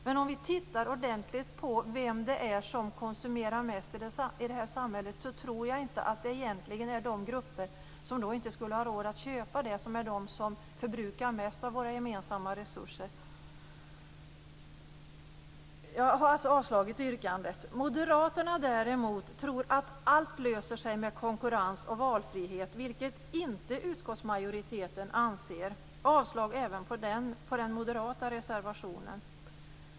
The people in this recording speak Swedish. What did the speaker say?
Men om vi tittar ordentligt på vem det är som konsumerar mest i det här samhället, tror jag egentligen inte att det är de grupper som inte skulle ha råd att köpa dessa varor som är de som förbrukar mest av våra gemensamma resurser. Jag har alltså yrkat avslag på det yrkandet. Moderaterna däremot tror att allt löser sig med konkurrens och valfrihet, vilket utskottsmajoriteten inte anser. Jag yrkar avslag även på Moderaternas reservation.